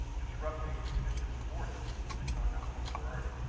disrupting, and this is important because it's our number one priority,